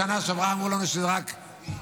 בשנה שעברה אמרו לנו שזה רק זמני,